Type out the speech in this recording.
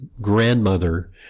grandmother